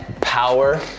power